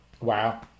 Wow